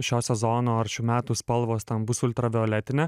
šio sezono ar šių metų spalvos ten bus ultravioletinė